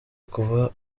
kuba